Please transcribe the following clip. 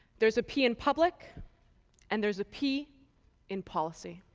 there's a p in public and there's a p in policy.